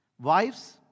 Wives